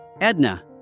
Edna